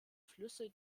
flüsse